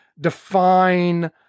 define